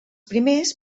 primers